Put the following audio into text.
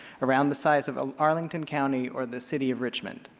around the size of ah arlington county or the city of richmond.